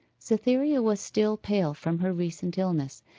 cytherea was still pale from her recent illness,